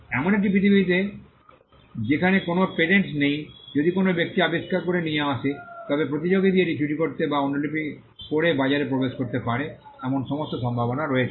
এমন একটি পৃথিবীতে যেখানে কোনও পেটেন্টস নেই যদি কোনও ব্যক্তি আবিষ্কার নিয়ে আসে তবে প্রতিযোগী এটি চুরি করতে বা এটি অনুলিপি করে বাজারে প্রবেশ করতে পারে এমন সমস্ত সম্ভাবনা রয়েছে